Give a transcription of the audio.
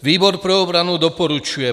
Výbor pro obranu doporučuje